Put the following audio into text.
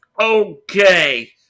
Okay